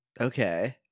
Okay